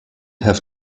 have